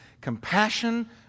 Compassion